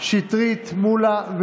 דסטה גדי יברקן, אמיר אוחנה,